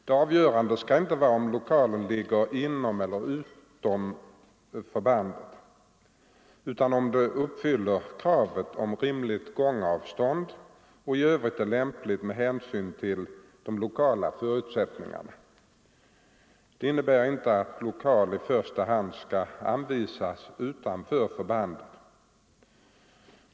Det avgörande skall inte vara om lokalen ligger inom eller utom förbandet, utan om den uppfyller kraven på rimligt gångavstånd och i övrigt är lämplig med hänsyn till de lokala förutsättningarna. Det innebär inte att lokal i första hand skall anvisas utanför förbandet.